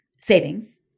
savings